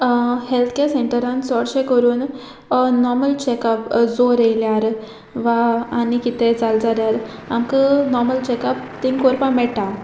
health care सेंटरान चडशें कोरून नॉर्मल चॅकअप जोर येयल्यार वा आनी कितें जाल जाल्यार आमकां नॉर्मल चॅकअप थिंगा कोरपा मेट्टा